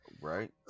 Right